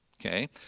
Okay